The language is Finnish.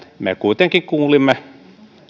me kuitenkin kuulimme